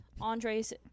Andre's